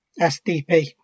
SDP